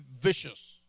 vicious